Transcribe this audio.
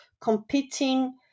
competing